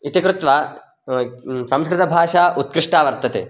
इति कृत्वा संस्कृतभाषा उत्कृष्टा वर्तते